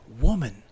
woman